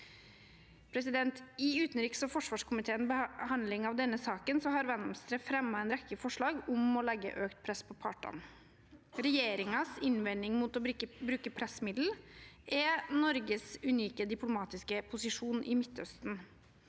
I utenriks- og forsvarskomiteens behandling av denne saken har Venstre fremmet en rekke forslag om å legge økt press på partene. Regjeringens innvending mot å bruke pressmidler er Norges unike diplomatiske posisjon i Midtøsten.